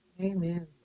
Amen